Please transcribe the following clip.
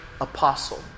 apostle